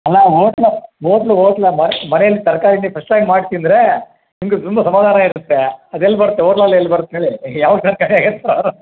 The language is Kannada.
ಅಲ್ಲಾ ಹೋಟ್ಲ ಓಟ್ಲು ಓಟ್ಲೇ ಮನೆ ಮನೇಲೇ ತರಕಾರಿನೇ ಫ್ರೆಶ್ಶಾಗಿ ಮಾಡಿ ತಿಂದರೆ ನಮಗೂ ತುಂಬ ಸಮಾಧಾನ ಇರುತ್ತೆ ಅದು ಎಲ್ಲಿ ಬರುತ್ತೆ ಓಟ್ಲಲ್ಲಿ ಎಲ್ಲಿ ಬರತ್ತೆ ಹೇಳಿ ಯಾವ